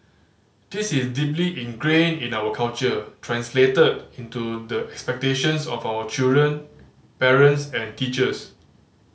this is deeply ingrained in our culture translated into the expectations of our children parents and teachers